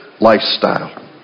lifestyle